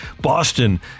Boston